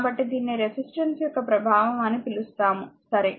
కాబట్టిదీనిని resistance యొక్క ప్రభావం అని పిలుస్తాము సరే